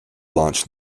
launch